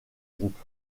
groupe